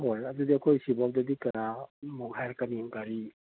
ꯍꯣꯏ ꯑꯗꯨꯗꯤ ꯑꯩꯈꯣꯏ ꯁꯤ ꯐꯥꯎꯗꯗꯤ ꯀꯌꯥꯃꯨꯛ ꯍꯥꯏꯔꯛꯀꯅꯤ ꯒꯥꯔꯤ